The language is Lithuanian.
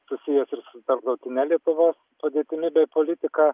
susijęs ir su tarptautine lietuvos padėtimi bei politika